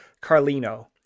Carlino